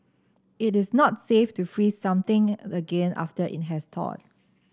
it is not safe to freeze something again after it has thawed